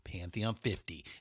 Pantheon50